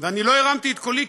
ואני לא הרמתי את קולי,